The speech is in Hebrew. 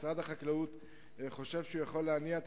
משרד החקלאות חושב שהוא יכול להניע את